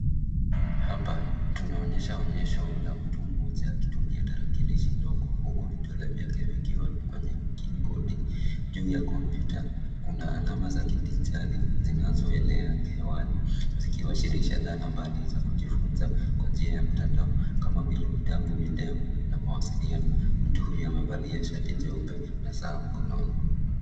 Hapa tunaonyesha onyesho la mtu mmoja akitumia tarakilisho ndogo huku vidole vyake vikiwa kwenye kibodi. Juu ya kompyuta kuna alama za kidijitali zinazoelea hewani zikiwasilisha dhana mbalimbali za kujifunza kwa njia ya mtandao kama vile vitabu, video na mawaliano. Mtu huyo amevalia shati jeupe na saa mkononi.